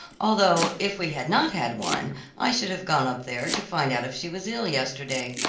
although if we had not had one i should have gone up there to find out if she was ill yesterday.